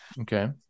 Okay